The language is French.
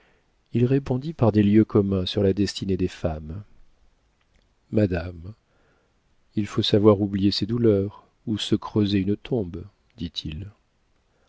il répondit par des lieux communs sur la destinée des femmes madame il faut savoir oublier ses douleurs ou se creuser une tombe dit-il